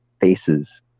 faces